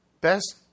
best